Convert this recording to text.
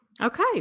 Okay